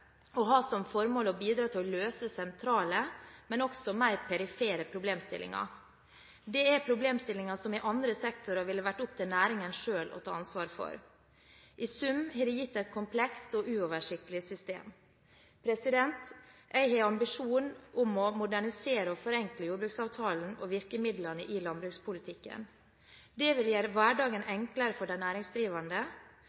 ha som formål å bidra til å løse sentrale, men også mer perifere problemstillinger. Det er problemstillinger som i andre sektorer ville vært opp til næringen selv å ta ansvar for. I sum har det gitt et komplekst og uoversiktlig system. Jeg har ambisjon om å modernisere og forenkle jordbruksavtalen og virkemidlene i landbrukspolitikken. Det vil gjøre hverdagen